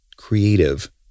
creative